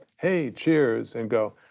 hey, cheers, and go,